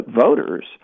voters